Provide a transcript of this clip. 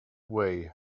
way